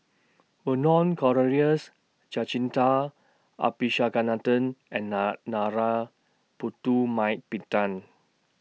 Vernon Cornelius Jacintha Abisheganaden and Putumaippittan